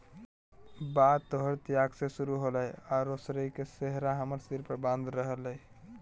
बात तोहर त्याग से शुरू होलय औरो श्रेय के सेहरा हमर सिर बांध रहलय